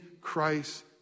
Christ